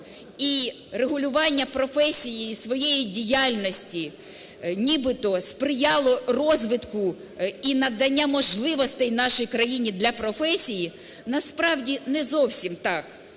і регулювання професії і своєї діяльності нібито сприяло розвитку і надання можливостей нашій країні для професії, насправді, не зовсім так.